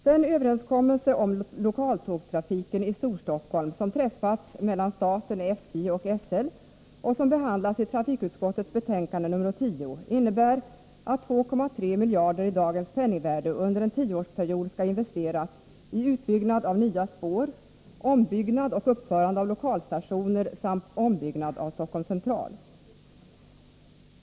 Den överenskommelse om lokaltågstrafiken i Storstockholm som träffats mellan staten, SJ och SL och som behandlas i trafikutskottets betänkande nr 10 innebär att 2,3 miljarder i dagens penningvärde under en tioårsperiod skall investeras i utbyggnad av nya spår, ombyggnad och uppförande av lokalstationer samt ombyggnad av Stockholm C.